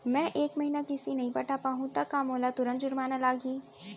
मैं ए महीना किस्ती नई पटा पाहू त का मोला तुरंत जुर्माना लागही?